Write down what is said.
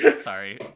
sorry